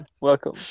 Welcome